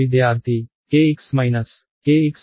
విద్యార్థి Kx minus